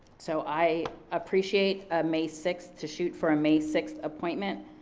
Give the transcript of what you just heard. so i appreciate may sixth. to shoot for a may sixth appointment.